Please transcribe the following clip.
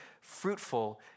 fruitful